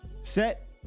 Set